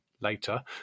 later